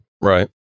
Right